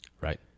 Right